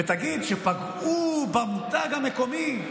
ותגיד שפגעו במותג המקומי?